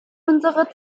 unsere